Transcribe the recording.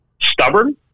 stubborn